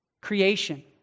Creation